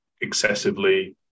excessively